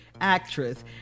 actress